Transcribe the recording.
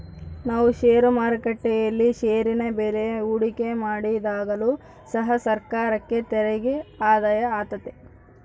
ನಾವು ಷೇರು ಮಾರುಕಟ್ಟೆಯಲ್ಲಿ ಷೇರಿನ ಮೇಲೆ ಹೂಡಿಕೆ ಮಾಡಿದಾಗಲು ಸಹ ಸರ್ಕಾರಕ್ಕೆ ತೆರಿಗೆ ಆದಾಯ ಆತೆತೆ